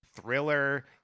thriller